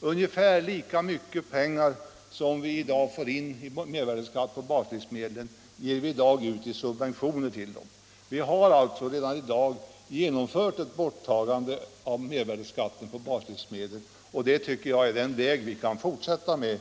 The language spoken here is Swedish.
Ungefär lika mycket pengar som vi i dag får in i mervärdeskatt på baslivsmedel ger vi ut i subventioner till dem. Vi har alltså redan i dag genomfört ett borttagande av mervärdeskatt på baslivsmedel, vilket jag tycker är en väg att fortsätta på.